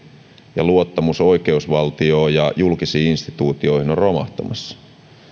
ja luottamus oikeusvaltioon ja julkisiin instituutioihin on romahtamassa